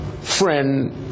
friend